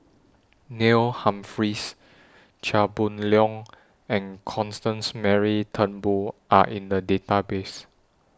Neil Humphreys Chia Boon Leong and Constance Mary Turnbull Are in The Database